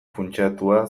funtsatua